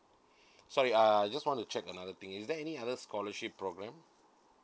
sorry uh I just want to check another thing is there any other scholarship program